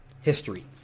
history